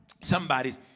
Somebody's